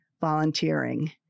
volunteering